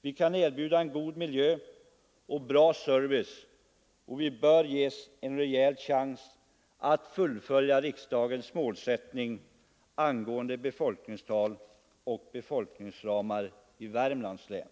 Vi kan erbjuda god miljö och bra service, och vi bör ges en rejäl chans att fullfölja riksdagens målsättning angående befolkningstal och befolkningsramar i Värmlands län.